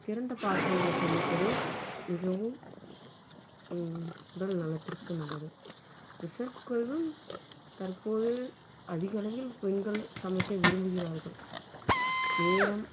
திறந்த பாத்திரங்களில் சமைப்பதே மிகவும் உடல் நலத்திற்கு நல்லது ப்ரெஷர் குக்கரிகளிலும் தற்போது அதிக அளவில் பெண்கள் சமைக்க விரும்புகின்றார்கள் நேரம்